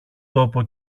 τόπο